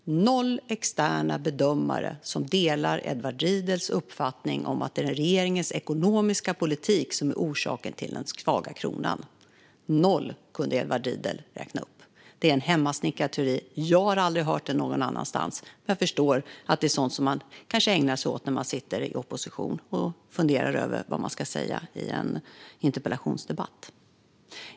Fru talman! Edward Riedl kunde räkna upp noll externa bedömare som delar hans uppfattning om att det är regeringens ekonomiska politik som är orsak till den svaga kronan - noll. Det är en hemmasnickrad teori. Jag har aldrig hört den någon annanstans. Kanske är det sådant man ägnar sig åt när man sitter i opposition och funderar över vad man ska säga i en interpellationsdebatt.